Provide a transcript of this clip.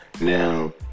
Now